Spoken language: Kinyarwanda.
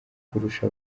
kurusha